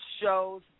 shows